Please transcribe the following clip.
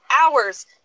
hours